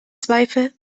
zweifel